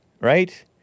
right